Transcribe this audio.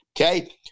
Okay